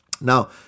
Now